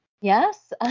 Yes